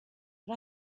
but